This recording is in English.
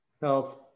health